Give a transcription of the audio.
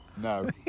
No